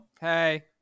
Hey